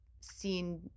seen